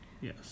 Yes